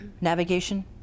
navigation